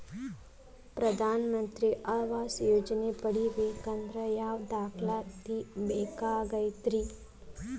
ಪ್ರಧಾನ ಮಂತ್ರಿ ಆವಾಸ್ ಯೋಜನೆ ಪಡಿಬೇಕಂದ್ರ ಯಾವ ದಾಖಲಾತಿ ಬೇಕಾಗತೈತ್ರಿ?